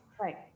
Right